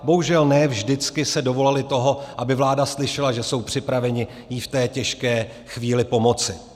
Bohužel ne vždycky se dovolali toho, aby vláda slyšela, že jsou připraveni jí v té těžké chvíli pomoci.